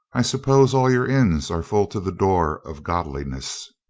i suppose all your inns are full to the door of god liness?